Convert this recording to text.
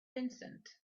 vincent